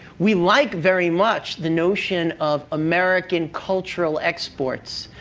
we like very much the notion of american cultural exports.